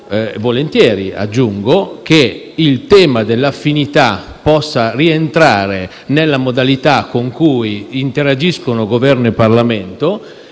volentieri, aggiungo - del fatto che il tema dell'affinità possa rientrare nella modalità con cui interagiscono Governo e Parlamento.